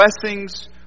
blessings